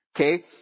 Okay